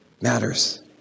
matters